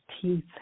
teeth